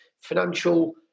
financial